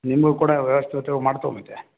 ನಿಮಗೂ ಕೂಡ ವ್ಯವಸ್ಥೆಯುತವಾಗಿ ಮಾಡ್ತವೆ ಮತ್ತೆ